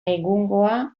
egungoa